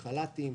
החל"תים,